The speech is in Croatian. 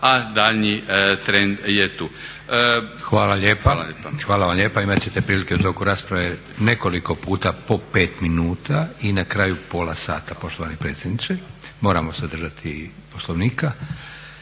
**Leko, Josip (SDP)** Hvala lijepa. Hvala vam lijepa. Imat ćete prilike u toku rasprave nekoliko puta po pet minuta i na kraju pola sata poštovani predsjedniče. Moramo se držati Poslovnika.